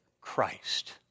Christ